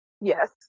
yes